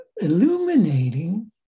illuminating